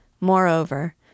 Moreover